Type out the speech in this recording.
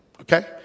okay